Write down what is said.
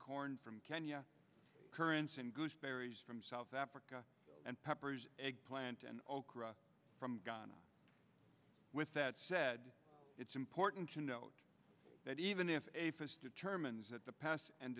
corn from kenya currents and gooseberries from south africa and peppers eggplant and okra from guyana with that said it's important to note that even if a fish determines that the pass and